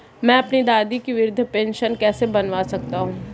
मैं अपनी दादी की वृद्ध पेंशन कैसे बनवा सकता हूँ?